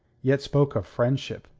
yet spoke of friendship.